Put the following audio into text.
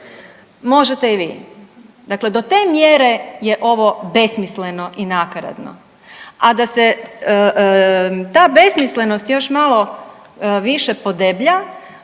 možete i vi, dakle do te mjere je ovo besmisleno i nakaradno. A da se ta besmislenost još malo više podeblja